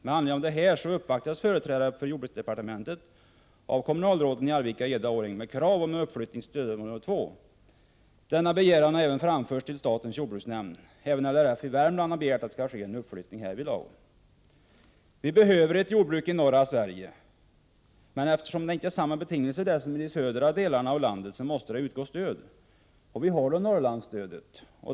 Med anledning härav uppvaktades företrädare för jordbruksdepartementet av kommunalråden i Arvika, Eda och Årjäng med krav på uppflyttning till stödområde 2. Denna begäran har också framförts till statens jordbruksnämnd. Även RLF i Värmland har begärt att en sådan uppflyttning skall ske. Vi behöver ett jordbruk i norra Sverige. Men eftersom det inte är samma betingelser som i de södra delarna av landet, måste det utgå stöd. Vi har då Norrlandsstödet.